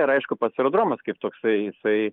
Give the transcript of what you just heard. ir aišku pats aerodromas kaip toksai jisai